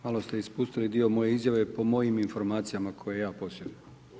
Malo ste ispustili dio moje izjave po mojim informacijama koje ja posjedujem.